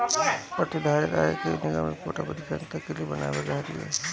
प्रतिधारित आय के निगम रिपोर्ट अवधि के अंत तकले बनवले रहत बिया